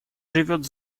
живет